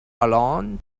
along